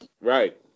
Right